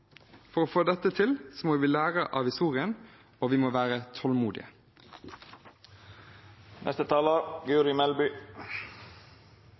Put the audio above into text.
For å få dette til må vi lære av historien, og vi må være tålmodige.